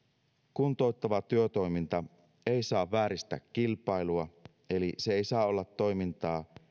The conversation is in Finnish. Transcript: kuntouttava työtoiminta ei saa vääristää kilpailua eli se ei saa olla toimintaa